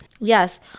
yes